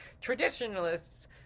Traditionalists